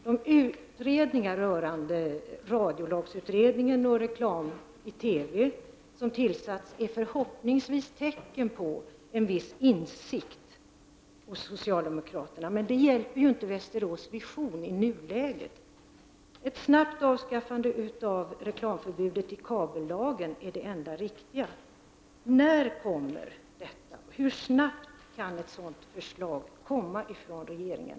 De utredningar som tillsatts, radiolagsutredningen och utredningen om reklam i TV, är förhoppningsvis tecken på en viss insikt hos socialdemokraterna, men det hjälper inte Västerås Vision i nuläget. Ett snabbt avskaffande av reklamförbudet i kabellagen är det enda riktiga. Hur snabbt kan ett sådant förslag komma från regeringen?